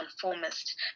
conformist